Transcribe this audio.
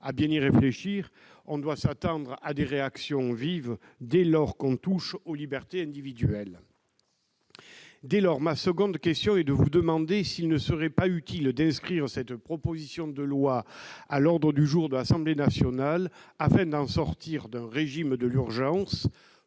à bien y réfléchir, on doive s'attendre à des réactions vives dès lors qu'on touche aux libertés individuelles. Ma deuxième question est donc la suivante : ne serait-il pas utile d'inscrire cette proposition de loi à l'ordre du jour de l'Assemblée nationale afin de sortir d'un régime de l'urgence